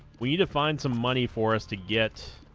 we need to find some money for us to get